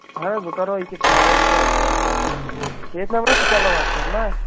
اَہَن حظ بہٕ کَرو یِکہِ فارم سینٛڈ ہُتھ واٹٕس ایٚپس ییٚتھۍ نمبرَس چھا چلان واٹٕس ایٚپ نا